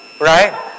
Right